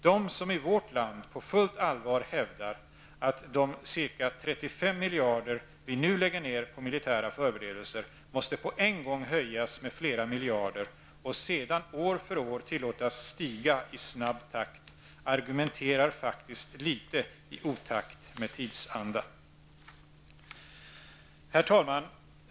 De som i vårt land på fullt allvar hävdar att de ca 35 miljarder vi nu lägger ned på militära förberedelser måste på en gång ökas med flera miljarder och sedan år för år tillåtas stiga i snabb takt argumenterar faktiskt litet i otakt med tidsandan. Herr talman!